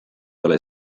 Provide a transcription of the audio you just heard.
ole